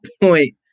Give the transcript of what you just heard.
point